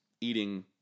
eating